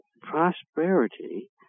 prosperity